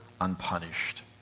unpunished